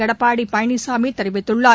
எடப்பாடிபழனிசாமிதெரிவித்துள்ளார்